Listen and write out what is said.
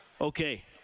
Okay